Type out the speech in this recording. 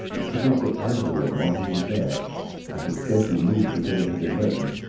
i could not get out of the room while he was there i could scarcely move because of his alertness,